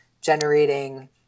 generating